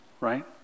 right